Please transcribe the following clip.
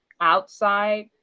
outside